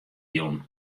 jûn